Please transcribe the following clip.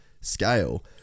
scale